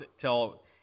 tell